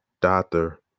doctor